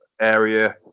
area